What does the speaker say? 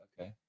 okay